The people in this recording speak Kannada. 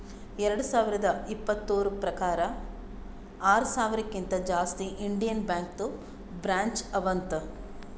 ಎರಡು ಸಾವಿರದ ಇಪ್ಪತುರ್ ಪ್ರಕಾರ್ ಆರ ಸಾವಿರಕಿಂತಾ ಜಾಸ್ತಿ ಇಂಡಿಯನ್ ಬ್ಯಾಂಕ್ದು ಬ್ರ್ಯಾಂಚ್ ಅವಾ ಅಂತ್